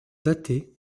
datés